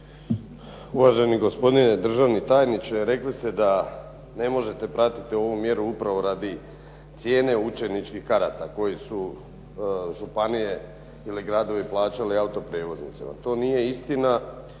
Uvaženi gospodine državni tajniče, rekli ste da ne možete shvatiti ovu mjeru upravo radi cijene učeničkih karata koji su županije ili gradovi plaćali autoprijevoznicima. To nije istina